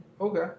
okay